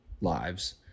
lives